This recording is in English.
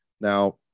Now